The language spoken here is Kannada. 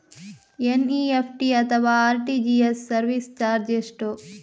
ಎನ್.ಇ.ಎಫ್.ಟಿ ಅಥವಾ ಆರ್.ಟಿ.ಜಿ.ಎಸ್ ಸರ್ವಿಸ್ ಚಾರ್ಜ್ ಎಷ್ಟು?